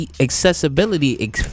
accessibility